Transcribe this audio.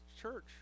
church